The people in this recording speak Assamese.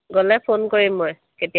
গ'লে ফোন কৰিম মই কেতিয়া যাম